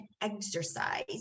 exercise